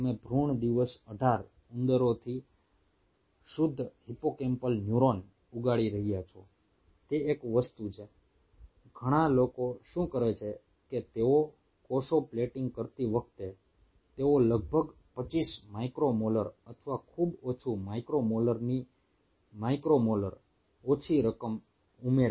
તમે ભૃણ દિવસ 18 ઉંદરોથી શુદ્ધ હિપ્પોકેમ્પલ ન્યુરોન ઉગાડી રહ્યા છો તે એક વસ્તુ છે ઘણા લોકો શું કરે છે કે તેઓ કોષો પ્લેટિંગ કરતી વખતે તેઓ લગભગ 25 માઇક્રોમોલર અથવા ખૂબ ઓછી 20 માઇક્રો મોલરની માઇક્રોમોલર ઓછી રકમ ઉમેરે છે